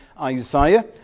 Isaiah